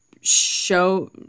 show